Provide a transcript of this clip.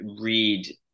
read